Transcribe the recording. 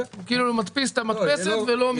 הוא מפעיל את המדפסת ולא מסתכל.